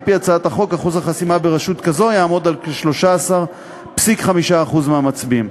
על-פי הצעת החוק אחוז החסימה ברשות כזו יעמוד על כ-13.5% מהמצביעים.